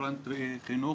רפרנט חינוך,